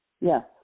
Yes